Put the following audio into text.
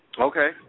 Okay